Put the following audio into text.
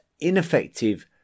ineffective